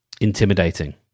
Intimidating